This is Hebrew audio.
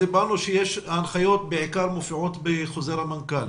ההנחיות מופיעות בעיקר בחוזר המנכ"ל,